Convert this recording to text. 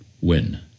win